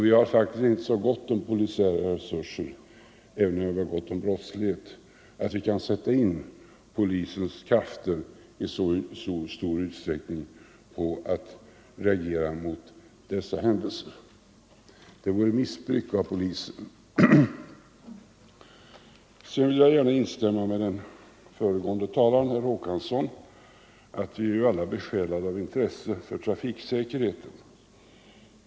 Vi har faktiskt inte så gott om polisiära resurser, även om vi har gott om brottslighet, att vi kan sätta in polisens krafter i så stor utsträckning på att reagera mot dessa händelser. Det vore missbruk av polisen. Sedan vill jag instämma med den föregående talaren, herr Håkansson i Rönneberga, i att vi alla är besjälade av intresse för trafiksäkerheten.